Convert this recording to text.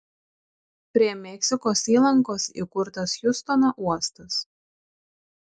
prie meksikos įlankos įkurtas hjustono uostas